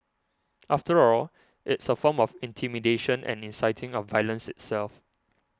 after all it's a form of intimidation and inciting of violence itself